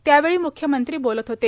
त्यावेळी म्ख्यमंत्री बोलत होते